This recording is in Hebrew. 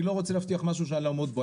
אני לא רוצה להבטיח משהו שאני לא אעמוד בו,